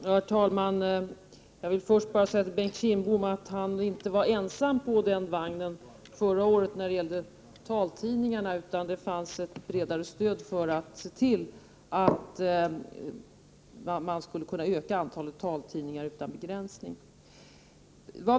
Herr talman! Jag vill först säga till Bengt Kindbom att han inte var ensam i vagnen förra året när det gällde taltidningarna, utan det fanns ett bredare stöd för att öka antalet taltidningar utan begränsning.